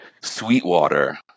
Sweetwater